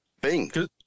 Bing